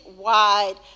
statewide